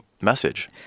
message